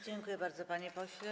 Dziękuję bardzo, panie pośle.